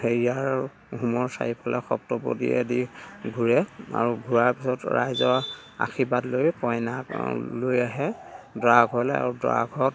হেৰিয়াৰ হোমৰ চাৰিওফালে সপ্তপদী আদি ঘূৰে আৰু ঘূৰাৰ পিছত ৰাইজৰ আশীৰ্বাদ লৈ কইনা লৈ আহে দৰা ঘৰলে আৰু দৰা ঘৰত